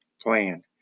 plan